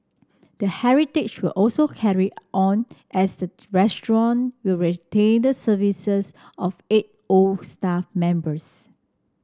the heritage will also carry on as the restaurant will retain the services of eight old staff members